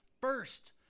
first